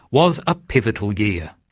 was a pivotal year.